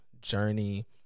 journey